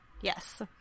Yes